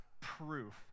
proof